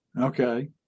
Okay